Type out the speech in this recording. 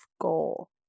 goal